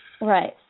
Right